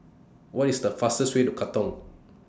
What IS The fastest Way to Katong